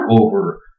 over